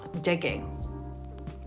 digging